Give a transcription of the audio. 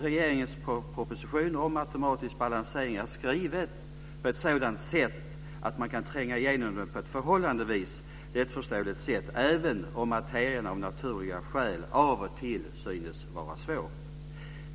Regeringens proposition om automatisk balansering är också skriven på ett sådant sätt att man kan tränga igenom den förhållandevis lätt, även om materien av naturliga skäl av och till synes vara svår.